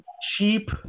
cheap